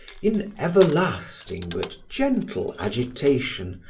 in everlasting but gentle agitation,